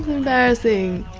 embarrassing.